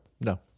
No